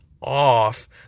off